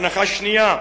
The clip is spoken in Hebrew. הנחה שנייה,